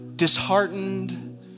disheartened